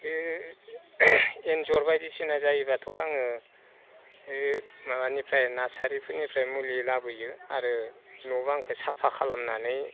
बे एन्जर बायदिसिना जायोब्लाथ' आङो ओइ माबानिफ्राय नार्सारिनिफ्राय मुलि लाबोयो आरो न' बांखो साफा खालामनानै